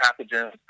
pathogens